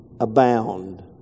abound